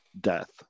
death